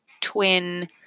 Twin